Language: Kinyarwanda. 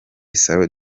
salon